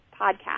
podcast